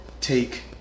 take